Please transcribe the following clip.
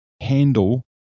handle